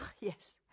Yes